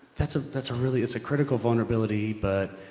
that's ah that's a really, that's a critical vulnerability but,